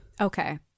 Okay